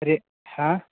rate हँ